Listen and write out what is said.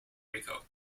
rico